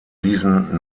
diesen